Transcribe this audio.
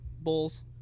Bulls